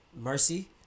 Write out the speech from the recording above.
Mercy